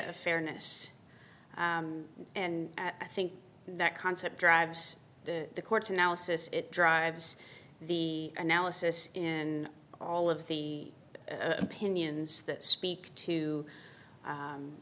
of fairness and i think that concept drives the courts analysis it drives the analysis and all of the opinions that speak to